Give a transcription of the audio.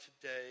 today